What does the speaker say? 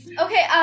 Okay